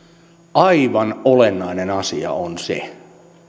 aivan olennainen asia on se